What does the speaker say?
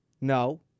No